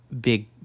big